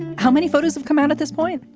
how many photos have come out at this point.